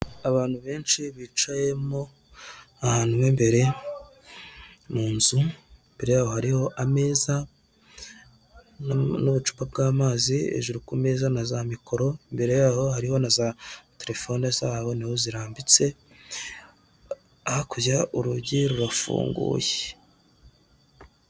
Abantu benshi bicayemo ahantu m'imbere mu inzu, imbere yabo hariho ameza n'ubucupa bw'amazi, hejuru ku meza na za mikoro imbere yaho harimo na za telefone zabo niho zirambitse hakurya urugi rurafunguye.